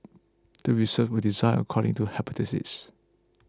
the research was designed according to hypothesis